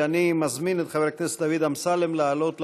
אני מזמין את חבר הכנסת דוד אמסלם לעלות לדוכן,